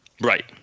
right